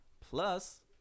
plus